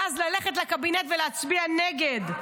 ואז ללכת לקבינט ולהצביע נגד?